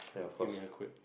you made her quit